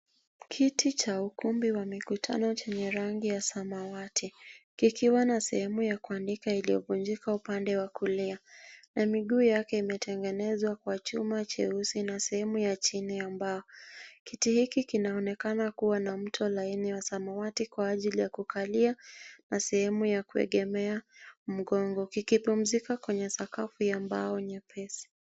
Kiti cha ukumbi wa mikutano chenye rangi ya samawati, kikiwa na sehemu ya kuandika iliyovunjika upande wa kulia na miguu yake imetengenezwa kwa chuma cheusi na sehemu ya chini ya mbao. Kiti hiki kinaonekana kuwa na mto laini wa samawati kwa ajili ya kukalia na sehemu ya kuegemea mgongo. Kikipumzika kwenye sakafu ya mbao nyepesi.